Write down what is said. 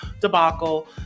debacle